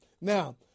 Now